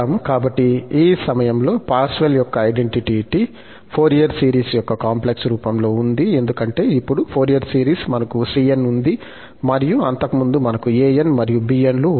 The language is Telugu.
కాబట్టి ఈ సమయంలో పార్సెవల్ యొక్క ఐడెంటిటీ ఫోరియర్ సిరీస్ యొక్క కాంప్లెక్స్ రూపంలో ఉంది ఎందుకంటే ఇప్పుడు ఫోరియర్ సిరీస్ మనకు cn ఉంది మరియు అంతకుముందు మనకు an మరియు bn లు ఉన్నాయి